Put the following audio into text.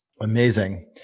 Amazing